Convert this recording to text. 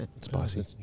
Spicy